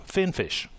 FinFish